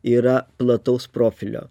yra plataus profilio